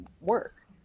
work